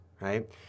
right